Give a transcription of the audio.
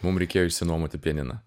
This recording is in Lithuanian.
mum reikėjo išsinuomoti pianiną